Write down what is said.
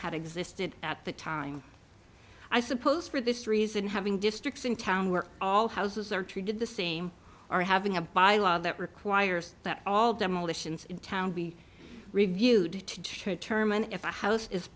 had existed at the time i suppose for this reason having districts in town were all houses are treated the same or having a by law that requires that all demolitions in town be reviewed